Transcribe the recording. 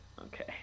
Okay